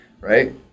right